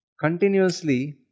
Continuously